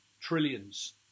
trillions